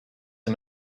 him